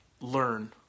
learn